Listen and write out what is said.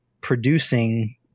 producing